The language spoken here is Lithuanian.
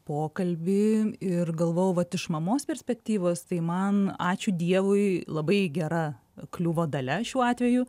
pokalbį ir galvojau vat iš mamos perspektyvos tai man ačiū dievui labai gera kliuvo dalia šiuo atveju